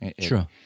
True